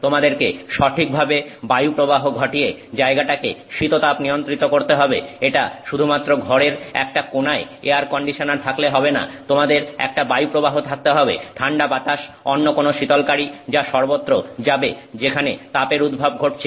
তোমাদেরকে সঠিকভাবে বায়ুপ্রবাহ ঘটিয়ে জায়গাটাকে শীততাপ নিয়ন্ত্রিত করতে হবে এটা শুধুমাত্র ঘরের একটা কোনায় এয়ার কন্ডিশনার থাকলে হবে না তোমাদের একটা বায়ুপ্রবাহ থাকতে হবে ঠান্ডা বাতাস অন্য কোন শীতলকারী যা সর্বত্র যাবে যেখানে তাপের উদ্ভব ঘটছে